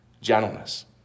gentleness